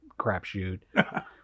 crapshoot